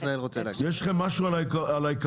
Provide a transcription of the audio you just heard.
יש לכם משהו על העיקרון?